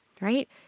right